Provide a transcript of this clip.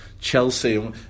Chelsea